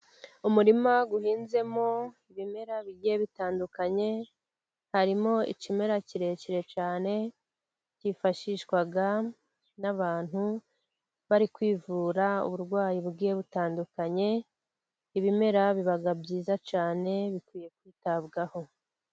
Umurima uhinzemo ibimera bigiye bitandukanye, harimo ikimera kirekire cyane, kifashishwa n'abantu bari kwivura, uburwayi bugiye butandukanye, ibimera biba byiza cyane, bikwiye kwitabwaho.